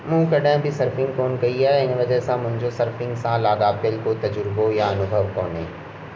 मूं कॾे बि सर्फिंग कोन कई आहे इन वजह सां मुंहिंजो सर्फिंग सां लगाव तज़ुर्बो या अनुभव कोन्हे